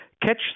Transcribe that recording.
catch